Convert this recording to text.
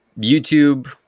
YouTube